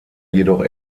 jedoch